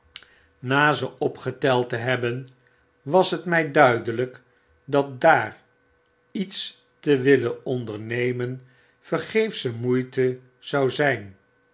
na ze opgeteld te hebben was het my duidelyk dat daar iets te willen ondernemen vergeefsche moeite zou zijn